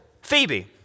Phoebe